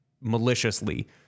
maliciously